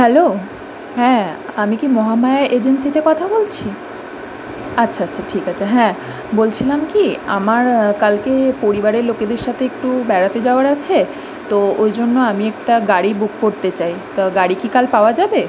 hello হ্যাঁ আমি কি মহামায়া এজেন্সিতে কথা বলছি আচ্ছা আচ্ছা ঠিক আছে হ্যাঁ বলছিলাম কী আমার কালকে পরিবারের লোকেদের সাথে একটু বেড়াতে যাওয়ার আছে তো ওই জন্য আমি একটা গাড়ি বুক করতে চাই তা গাড়ি কি কাল পাওয়া যাবে